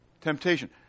Temptation